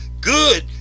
good